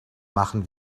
machen